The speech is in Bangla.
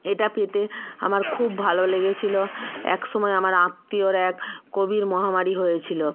এটা পেতে আমার খুব ভালো লেগেছিলো একসময় আমার আত্মীয়র এক কোভিড মহামারী হয়েছিলো